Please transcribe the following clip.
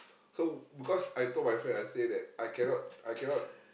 so because I told my friend I say that I cannot I cannot